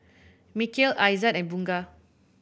Mikhail Aizat and Bunga